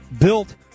built